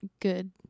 good